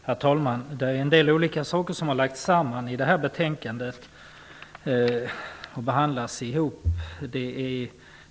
Herr talman! Det är en del olika saker som har lagts samman i betänkandet och som behandlas ihop.